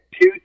two